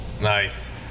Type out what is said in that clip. Nice